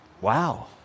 Wow